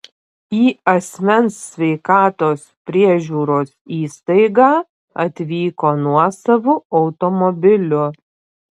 į asmens sveikatos priežiūros įstaigą atvyko nuosavu automobiliu